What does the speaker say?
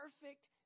perfect